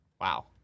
Wow